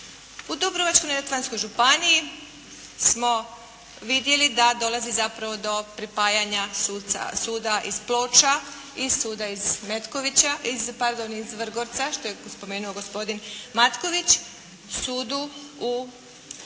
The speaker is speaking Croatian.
U Dubrovačko-neretvanskoj županiji smo vidjeli da dolazi zapravo do pripajanja suda iz Ploča i suda iz Metkovića, pardon iz Vrgorca,